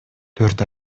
төрт